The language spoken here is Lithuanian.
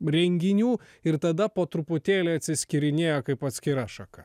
renginių ir tada po truputėlį atsiskyrinėjo kaip atskira šaka